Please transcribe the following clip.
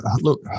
look